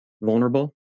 vulnerable